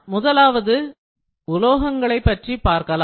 முதலாவது உலோகங்களைப் பற்றி பார்க்கலாம்